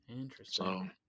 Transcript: Interesting